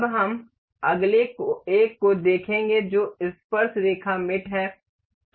अब हम अगले एक को देखेंगे जो स्पर्शरेखा मेट है